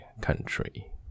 Country